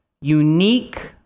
unique